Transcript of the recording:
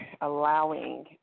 allowing